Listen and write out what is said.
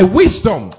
wisdom